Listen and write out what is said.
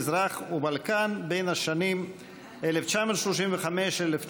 מזרח ובלקן בין השנים 1935 1965),